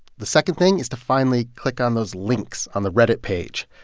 the second thing is to finally click on those links on the reddit page.